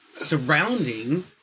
surrounding